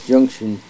Junction